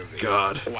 god